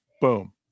Boom